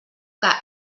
que